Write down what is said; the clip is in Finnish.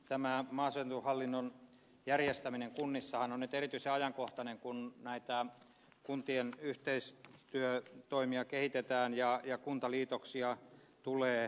tämä maaseutuhallinnon järjestäminen kunnissahan on nyt erityisen ajankohtaista kun näitä kuntien yhteistyötoimia kehitetään ja kuntaliitoksia tulee